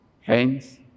Hence